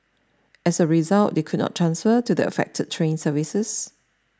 as a result they could not transfer to the affected train services